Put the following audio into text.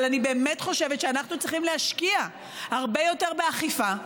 אבל אני באמת חושבת שאנחנו צריכים להשקיע הרבה יותר באכיפה,